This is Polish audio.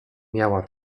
miała